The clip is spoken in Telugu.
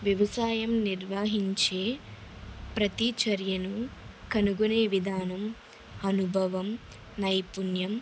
వ్యవసాయం నిర్వహించే ప్రతీ చర్యను కనుగొనే విధానం అనుభవం నైపుణ్యం